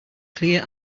clear